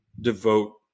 devote